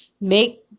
Make